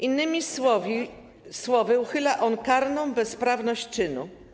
Innymi słowy uchyla on karną bezprawność czynu.